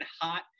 hot